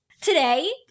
Today